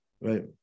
right